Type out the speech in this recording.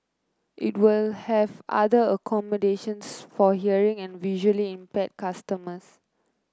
it will have other accommodations for hearing and visually impaired customers